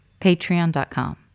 patreon.com